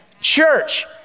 Church